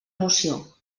moció